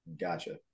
gotcha